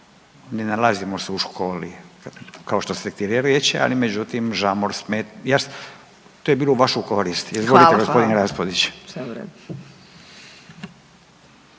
ne nalazimo se u školi kao što ste htjeli reći, ali međutim žamor, to je bilo u vašu korist …/Upadica: Hvala,